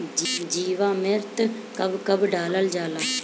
जीवामृत कब कब डालल जाला?